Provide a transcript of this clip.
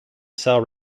sell